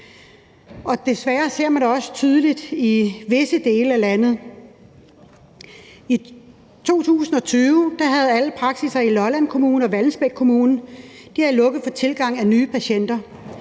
desværre ser man det også tydeligt i visse dele af landet. I 2020 havde alle praksisser i Lolland Kommune og Vallensbæk Kommune lukket for tilgang af nye patienter.